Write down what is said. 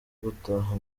gutaha